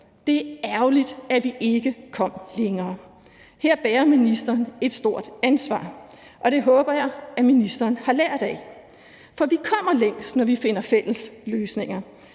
Det er ærgerligt, at vi ikke kom længere, og her bærer minsteren et stort ansvar, og det håber jeg at ministeren har lært af. For vi kommer længst, når vi finder fælles løsninger.